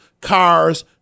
cars